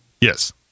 Yes